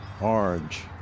Orange